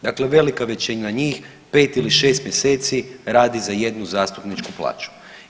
Dakle, velika većina njih 5 ili 6 mjeseci radi za jednu zastupničku plaću.